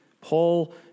Paul